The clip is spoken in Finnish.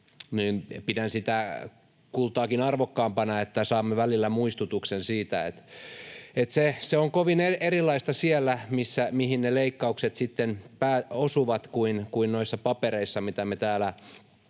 Pidän sitä kultaakin arvokkaampana, että saamme välillä muistutuksen siitä, että se on kovin erilaista siellä, mihin ne leikkaukset sitten osuvat, kuin noissa papereissa, mitä me täällä